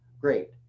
Great